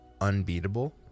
unbeatable